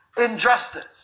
injustice